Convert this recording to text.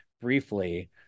briefly